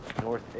North